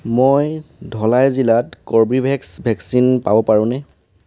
মই ধলাই জিলাত Corbevax vaccine পাব পাৰোঁনে